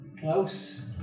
close